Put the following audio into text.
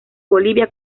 bolivia